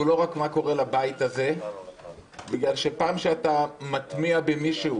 הוא לא רק מה קורה לבית הזה מכיוון שפעם שאתה מטמיע במישהו